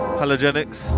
halogenics